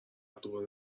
دور